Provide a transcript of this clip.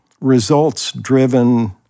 results-driven